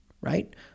right